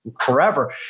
forever